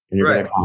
Right